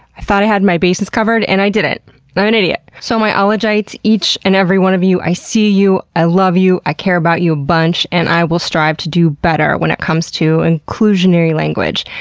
i thought i had my bases covered, and i didn't. i'm an idiot! so my ologites, each and every one of you i see you, i love you, i care about you a bunch, and i will strive to do better when it comes to inclusionary language.